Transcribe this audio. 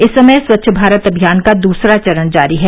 इस समय स्वच्छ भारत अभियान का दूसरा चरण जारी है